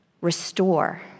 restore